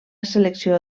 selecció